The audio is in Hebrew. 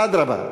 "אדרבה,